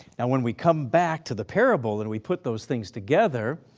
now when we come back to the parable and we put those things together,